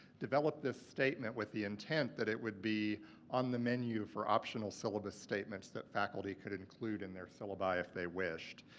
developed this statement with the intent that it would be on the menu for optional syllabus statements that faculty could include in their syllabi, if they wished.